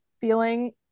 feeling